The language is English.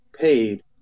paid